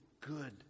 good